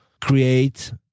create